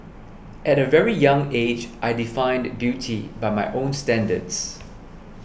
at a very young age I defined beauty by my own standards